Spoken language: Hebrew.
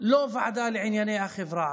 לא ועדה לענייני החברה הערבית.